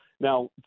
Now